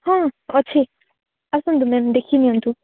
ହଁ ଅଛି ଆସନ୍ତୁ ମ୍ୟାମ୍ ଦେଖିନିଅନ୍ତୁ